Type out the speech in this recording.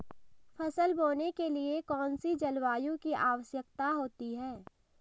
फसल बोने के लिए कौन सी जलवायु की आवश्यकता होती है?